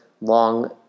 long